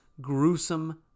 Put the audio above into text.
gruesome